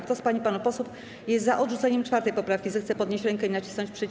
Kto z pań i panów posłów jest za odrzuceniem 4. poprawki, zechce podnieść rękę i nacisnąć przycisk.